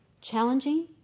challenging